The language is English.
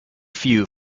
few